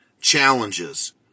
challenges